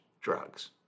drugs